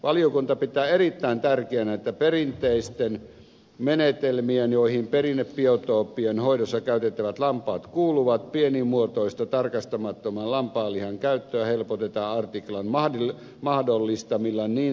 valiokunta pitää erittäin tärkeänä että perinteisten menetelmien joihin perinnebiotooppien hoidossa käytettävät lampaat kuuluvat pienimuotoista tarkastamattoman lampaanlihan käyttöä helpotetaan artiklan mahdollistamilla niin sanottu